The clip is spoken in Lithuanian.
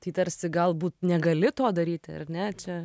tai tarsi galbūt negali to daryti ar ne čia